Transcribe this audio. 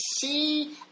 see